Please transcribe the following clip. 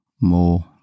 more